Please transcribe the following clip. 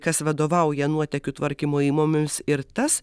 kas vadovauja nuotekių tvarkymo įmomėms ir tas